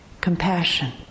compassion